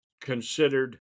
considered